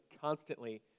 constantly